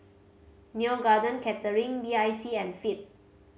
Neo Garden Catering B I C and Veet